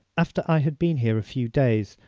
after i had been here a few days,